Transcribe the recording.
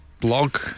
blog